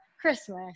Christmas